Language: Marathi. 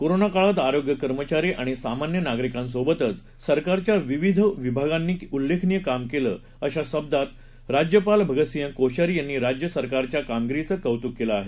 कोरोना काळात आरोग्य कर्मचारी आणि सामान्य नागरिकांसोबतच सरकारच्या विविध विभागांनी उल्लेखनीय काम केलं अशा शब्दात राज्यपाल भगतसिंह कोश्यारी यांनी राज्य सरकारच्या कामगिरीचं कौतुक केलं आहे